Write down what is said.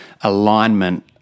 alignment